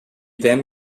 then